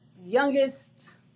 youngest